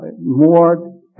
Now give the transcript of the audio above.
more